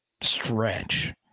Stretch